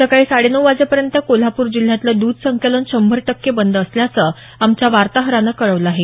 सकाळी साडे नऊ वाजेपर्यंत कोल्हापूर जिल्ह्यातलं दूध संकलन शंभर टक्के बंद असल्याचं आमच्या वार्ताहरानं कळवलं आहे